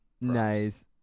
Nice